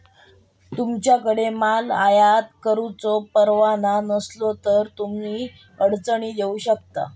तुमच्याकडे माल आयात करुचो परवाना नसलो तर तुम्ही अडचणीत येऊ शकता